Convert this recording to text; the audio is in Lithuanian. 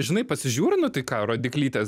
žinai pasižiūri nu tai ką rodyklytės